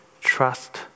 trust